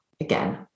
again